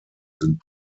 sind